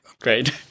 Great